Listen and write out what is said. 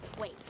Wait